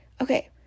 okay